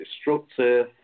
destructive